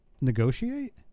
negotiate